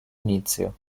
inizio